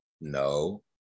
No